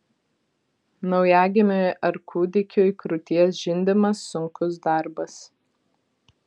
naujagimiui ar kūdikiui krūties žindimas sunkus darbas